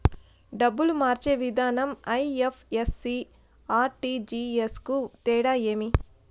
డబ్బులు మార్చే విధానం ఐ.ఎఫ్.ఎస్.సి, ఆర్.టి.జి.ఎస్ కు తేడా ఏమి?